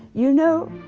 you know?